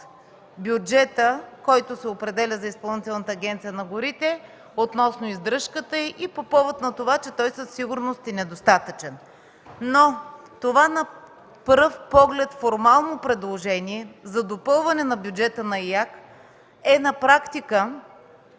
бюджета, който се определя за Изпълнителната агенция по горите, и по повод на това, че той със сигурност е недостатъчен. Това на пръв поглед формално предложение за допълване бюджета на ИАГ, на практика